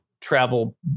travel